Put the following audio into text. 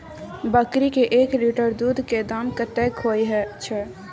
बकरी के एक लीटर दूध के दाम कतेक होय छै?